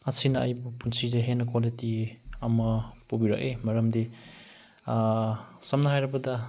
ꯑꯁꯤꯅ ꯑꯩꯕꯨ ꯄꯨꯟꯁꯤꯗ ꯍꯦꯟꯅ ꯀ꯭ꯋꯥꯂꯤꯇꯤ ꯑꯃ ꯄꯨꯕꯤꯔꯛꯑꯦ ꯃꯔꯝꯗꯤ ꯁꯝꯅ ꯍꯥꯏꯔꯕꯗ